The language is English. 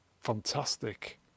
fantastic